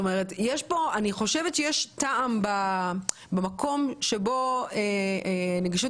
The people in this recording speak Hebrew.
אני חושבת שיש טעם במקום שבו נגישות